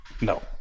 No